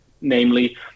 namely